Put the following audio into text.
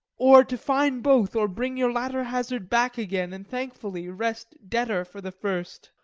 or to find both, or bring your latter hazard back again and thankfully rest debtor for the first.